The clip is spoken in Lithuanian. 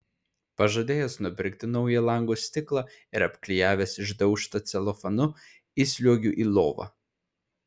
pažadėjęs nupirkti naują lango stiklą ir apklijavęs išdaužtą celofanu įsliuogiu į lovą